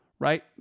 Right